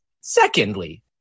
secondly